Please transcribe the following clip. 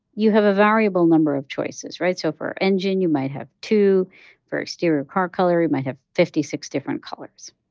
you have a variable number of choices, right? so for engine, you might have two for exterior car color, you might have fifty six different colors.